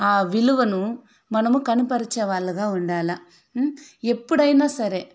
ఆ విలువను మనము కనుపరిచేవాళ్లుగా ఉండాలి ఎప్పుడైనా సరే